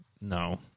No